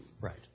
right